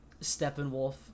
Steppenwolf